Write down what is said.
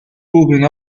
bobbing